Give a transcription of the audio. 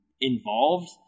involved